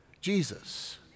Jesus